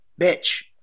bitch